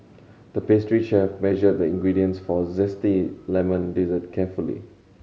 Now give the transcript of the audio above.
the pastry chef measured the ingredients for a zesty lemon dessert carefully